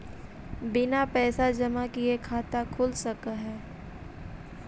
बिना पैसा जमा किए खाता खुल सक है?